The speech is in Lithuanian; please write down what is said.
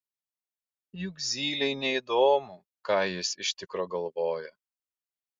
juk zylei neįdomu ką jis iš tikro galvoja